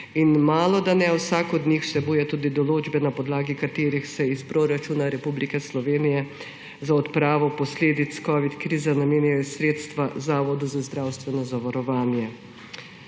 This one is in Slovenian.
Malodane vsak od njih vsebuje tudi določbe, na podlagi katerih se iz proračuna Republike Slovenije za odpravo posledic covid krize namenjajo sredstva Zavodu za zdravstveno zavarovanje,